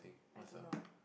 I don't know